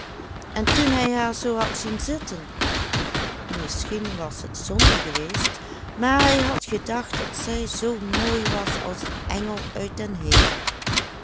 en toen hij haar zoo had zien zitten misschien was het zonde geweest maar hij had gedacht dat zij zoo mooi was als een engel uit den hemel